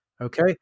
Okay